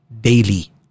daily